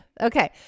Okay